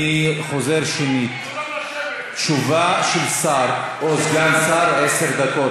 אני רוצה לומר לחברים שהחלטתי לכבד את בקשתכם,